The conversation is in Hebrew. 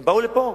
הם באו לפה